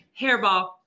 hairball